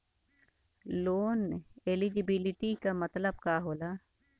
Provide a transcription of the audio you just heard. Loan eligibility का मतलब का होला?